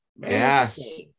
yes